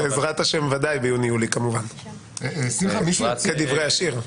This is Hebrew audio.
בעזרת ה' בוודאי ביוני יולי כמובן כדברי השיר.